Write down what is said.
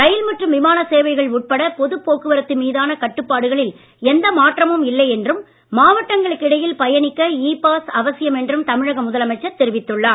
ரயில் மற்றும் விமான சேவைகள் உட்பட பொதுப் போக்குவரத்து மீதான கட்டுப்பாடுகளில் எந்த மாற்றமும் இல்லை என்றும் மாவட்டங்களுக்கு இடையில் பயணிக்க ஈ பாஸ் அவசியம் என்றும் தமிழக முதலமைச்சர் தெரிவித்துள்ளார்